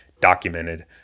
documented